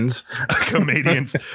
comedians